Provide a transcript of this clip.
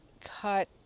cut